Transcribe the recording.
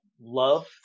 love